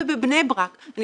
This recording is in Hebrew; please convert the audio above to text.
ובבני ברק.